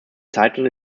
title